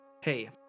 Hey